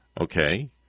okay